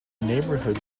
neighborhood